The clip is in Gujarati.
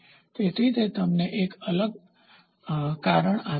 તેથી તે તમને એક અલગ કારણ આપે છે